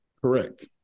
Correct